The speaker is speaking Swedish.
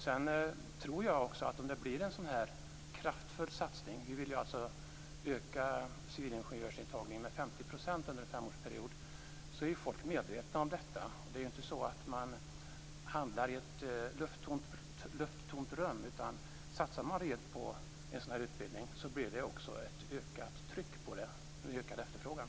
Jag tror också att om det blir en sådan här kraftfull satsning - vi vill öka civilingenjörsintagningen med 50 % under en femårsperiod - blir folk medvetna om detta. Det är ju inte så att man hamnar i ett lufttomt rum, utan om man satsar rejält på en sådan här utbildning, blir det också en ökad efterfrågan efter den.